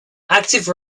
active